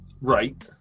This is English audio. Right